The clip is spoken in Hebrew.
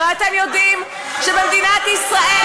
הרי אתם יודעים שבמדינת ישראל,